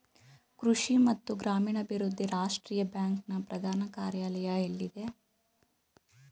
ಕೃಷಿ ಮತ್ತು ಗ್ರಾಮೀಣಾಭಿವೃದ್ಧಿ ರಾಷ್ಟ್ರೀಯ ಬ್ಯಾಂಕ್ ನ ಪ್ರಧಾನ ಕಾರ್ಯಾಲಯ ಎಲ್ಲಿದೆ?